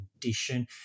condition